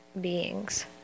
beings